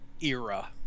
era